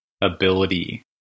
ability